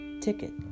ticket